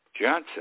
Johnson